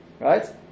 Right